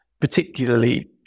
particularly